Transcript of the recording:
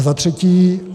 Za třetí.